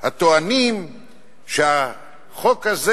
הטוענים שהחוק הזה